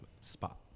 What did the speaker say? spot